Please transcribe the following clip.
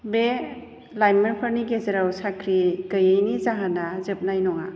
बे लाइमोनफोरनि गेजेराव साख्रि गैयैनि जाहोना जोबनाय नङा